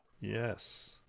Yes